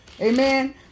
Amen